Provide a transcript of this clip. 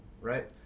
right